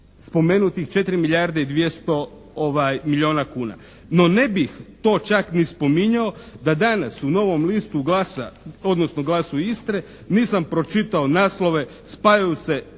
spomenutih 4 milijarde 200 milijuna kuna. No ne bih to čak ni spominjao da danas u "Novom listu glasa" odnosno "Glasu Istre" nisam pročitao naslove "Spajaju se pulski